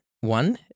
one